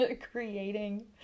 creating